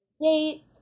date